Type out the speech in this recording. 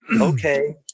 okay